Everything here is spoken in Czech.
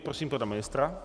Prosím pana ministra.